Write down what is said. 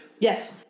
Yes